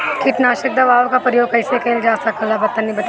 कीटनाशक दवाओं का प्रयोग कईसे कइल जा ला तनि बताई?